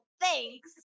Thanks